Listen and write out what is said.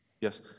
Yes